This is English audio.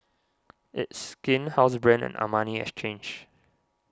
It's Skin Housebrand and Armani Exchange